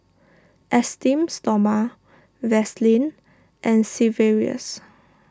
Esteem Stoma Vaselin and Sigvaris